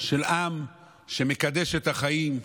של עם שמקדש את החיים,